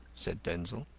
said denzil.